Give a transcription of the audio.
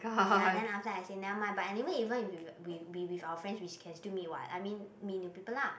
ya after that I say never mind but anyway even we we we with our friends we can still meet what I mean meet new people lah